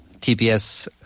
tbs